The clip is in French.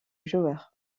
joueur